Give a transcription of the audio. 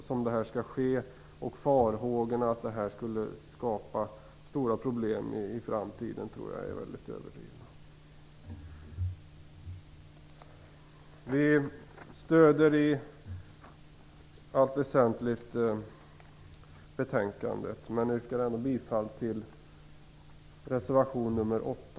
Jag tror att farhågorna att det skulle skapa stora problem i framtiden är mycket överdrivna. Vi stöder i allt väsentligt betänkandet, men yrkar ändå bifall till reservation nr 8.